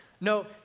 no